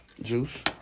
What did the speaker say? Juice